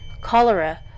Cholera